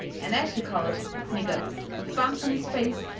an ashy-coloured nigger, with bumps on his face,